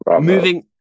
Moving